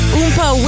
Oompa